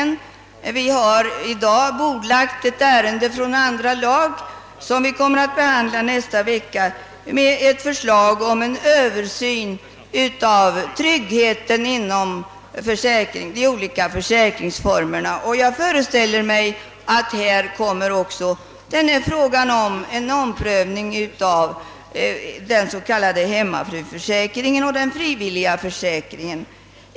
Kamrarna har i dag bordlagt ett ärende från andra lagutskottet som kommer att behandlas nästa vecka och som gäller en översyn av tryggheten inom de olika försäkringsformerna. Jag föreställer mig att det i samband med den översynen också kommer att ske en omprövning av den s.k. hemmafruförsäkringen och den frivilliga försäkringen.